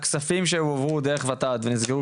אבל כל הכספים שהועברו דרך ות"ת ונסגרו